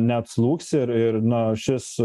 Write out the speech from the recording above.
neatslūgs ir ir na šis